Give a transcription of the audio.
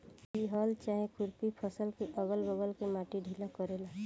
इ हल चाहे खुरपी फसल के अगल बगल के माटी ढीला करेला